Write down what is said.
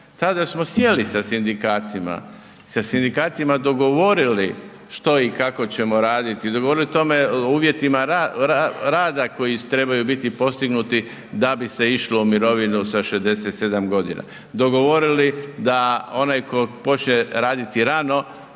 tada smo sjeli sa sindikatima, sa sindikatima dogovorili što i kako ćemo raditi, dogovorili tome o uvjetima rada koji trebaju biti postignuti da bi se išlo u mirovinu sa 67 godina,